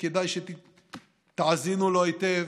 וכדאי שתאזינו לו היטב,